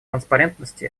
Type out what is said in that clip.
транспарентности